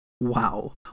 Wow